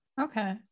Okay